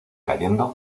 cayendo